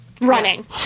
running